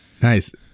Nice